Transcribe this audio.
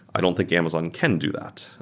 i don't think amazon can do that.